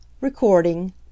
Recording